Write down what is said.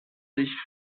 sich